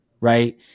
Right